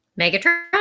Megatron